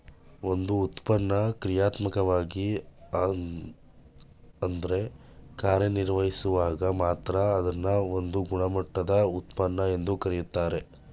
ಒಂದು ಉತ್ಪನ್ನ ಕ್ರಿಯಾತ್ಮಕವಾಗಿ ಅದ್ರ ಕಾರ್ಯನಿರ್ವಹಿಸುವಾಗ ಮಾತ್ರ ಅದ್ನ ಒಂದು ಗುಣಮಟ್ಟದ ಉತ್ಪನ್ನ ಎಂದು ಕರೆಯುತ್ತಾರೆ